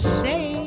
say